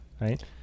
right